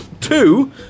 two